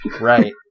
Right